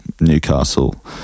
Newcastle